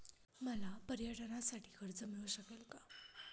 मला पर्यटनासाठी कर्ज मिळू शकेल का?